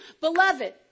Beloved